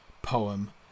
poem